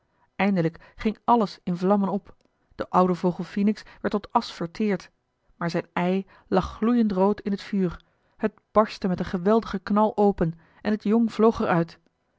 eindelijk ging alles in vlammen op de oude vogel phoenix werd tot asch verteerd maar zijn ei lag gloeiend rood in het vuur het barstte met een geweldigen knal open en het jong vloog er uit